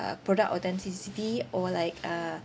product authenticity or like uh